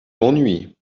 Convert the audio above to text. m’ennuies